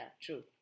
true